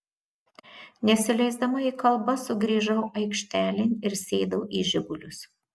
nesileisdama į kalbas sugrįžau aikštelėn ir sėdau į žigulius